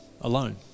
alone